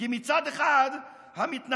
כי מצד אחד המתנחלים,